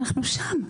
אנחנו שם.